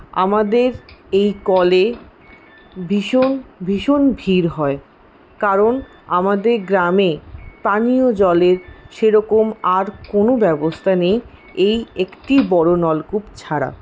আমাদের এই কলে ভীষণ ভীষণ ভিড় হয় কারণ আমাদের গ্রামে পানীয় জলের সেরকম আর কোনো ব্যবস্থা নেই এই একটিই বড় নলকূপ ছাড়া